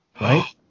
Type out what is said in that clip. right